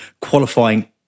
qualifying